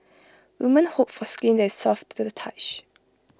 women hope for skin that is soft to the touch